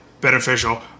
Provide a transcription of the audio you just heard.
beneficial